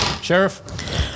sheriff